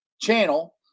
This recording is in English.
channel